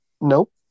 nope